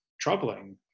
troubling